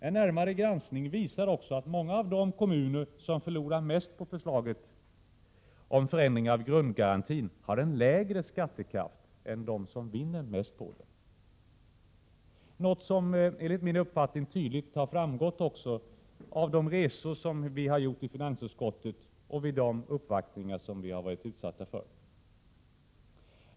En närmare granskning visar att många av de kommuner som förlorar mest på förslaget om en förändring av grundgarantin har en lägre skattekraft än de som vinner mest på förslaget. Detta har, enligt min uppfattning, också tydligt framgått av de resor som vi har gjort i finansutskottet och av de uppvaktningar som vi har varit utsatta för.